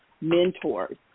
mentors